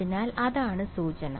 അതിനാൽ അതാണ് സൂചന